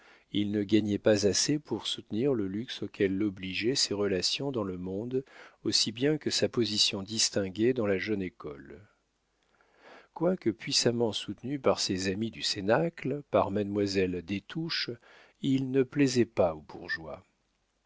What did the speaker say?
il ne gagnait pas assez pour soutenir le luxe auquel l'obligeaient ses relations dans le monde aussi bien que sa position distinguée dans la jeune école quoique puissamment soutenu par ses amis du cénacle par mademoiselle des touches il ne plaisait pas au bourgeois